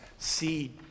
see